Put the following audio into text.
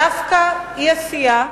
דווקא אי-עשייה,